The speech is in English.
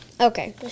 okay